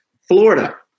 Florida